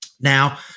Now